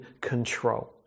control